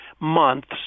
months